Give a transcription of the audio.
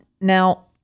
now